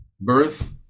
birth